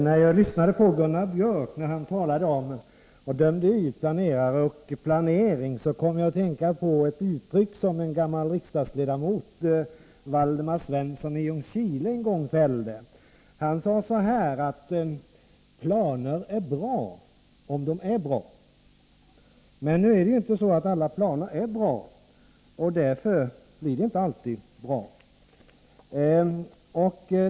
Herr talman! När jag hörde Gunnar Biörck i Värmdö döma ut planerare och planering kom jag att tänka på ett uttryck som en gammal riksdagsledamot, Waldemar Svensson i Ljungskile, en gång fällde. Han sade att planer är bra om de är bra. Men inte alla planer är bra, och därför blir det inte alltid bra.